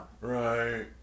Right